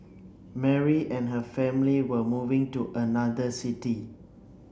Mary and her family were moving to another city